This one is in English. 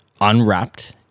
unwrapped